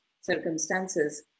circumstances